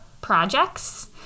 projects